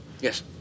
Yes